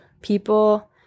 people